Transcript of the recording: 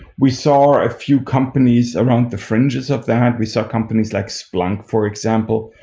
we saw ah few companies around the fringes of that. we saw companies like splunk, for example,